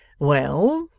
well!